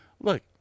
Look